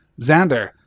Xander